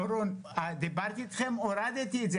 שהוא הוריד את זה,